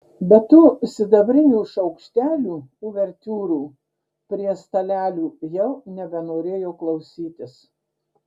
bet tų sidabrinių šaukštelių uvertiūrų prie stalelių jau nebenorėjo klausytis